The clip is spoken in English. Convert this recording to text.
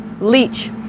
leech